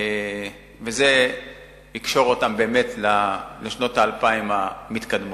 זה יקשור אותם באמת לשנות האלפיים המתקדמות.